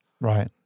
Right